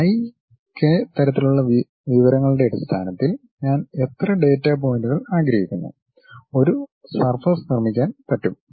കൂടാതെ i k തരത്തിലുള്ള വിവരങ്ങളുടെ അടിസ്ഥാനത്തിൽ ഞാൻ എത്ര ഡാറ്റാ പോയിന്റുകൾ ആഗ്രഹിക്കുന്നു ഒരു സർഫസ് നിർമ്മിക്കൻ പറ്റും